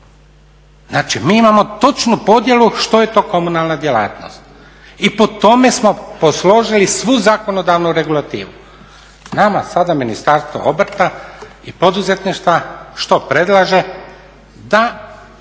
Znači, mi imamo točnu podjelu što je to komunalna djelatnost i po tome smo posložili svu zakonodavnu regulativu. Nama sada Ministarstvo obrta i poduzetništva, što predlaže? Da